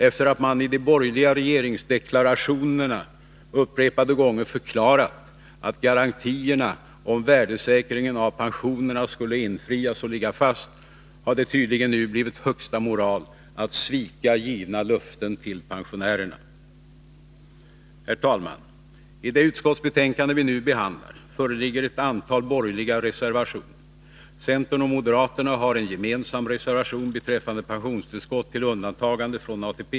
Efter att man i de borgerliga regeringsdeklarationerna upprepade gånger förklarat att garantierna om värdesäkringen av pensionerna skulle infrias, har det tydligen nu blivit högsta moral att svika givna löften till pensionärerna. Herr talman! I det utskottsbetänkande vi nu behandlar föreligger ett antal borgerliga reservationer. Centern och moderaterna har en gemensam reservation beträffande pensionstillskott till undantagande från ATP.